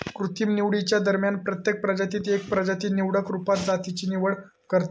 कृत्रिम निवडीच्या दरम्यान प्रत्येक प्रजातीत एक प्रजाती निवडक रुपात जातीची निवड करता